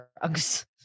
drugs